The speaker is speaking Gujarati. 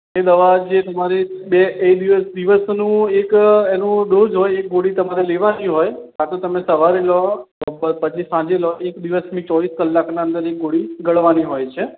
એ દવા જે તમારે બે એ દિવસ દિવસનો એક એનો ડોઝ હોય એક ગોળી તમારે લેવાની હોય કાં તો તમે સવારે લો અથવા પછી સાંજે લો દિવસની ચોવીસ કલાકની અંદર એક ગોળી ગળવાની હોય છે